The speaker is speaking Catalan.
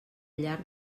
llarg